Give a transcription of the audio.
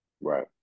Right